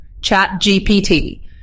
ChatGPT